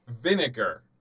Vinegar